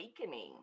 awakening